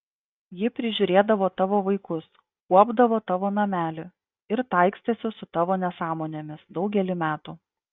ji prižiūrėdavo tavo vaikus kuopdavo tavo namelį ir taikstėsi su tavo nesąmonėmis daugelį metų